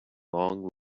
long